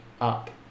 up